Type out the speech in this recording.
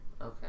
okay